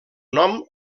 nom